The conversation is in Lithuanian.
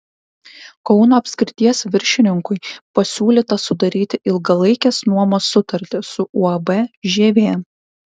kauno apskrities viršininkui pasiūlyta sudaryti ilgalaikės nuomos sutartį su uab žievė